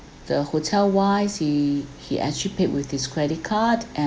the hotel wise he he actually paid with his credit card and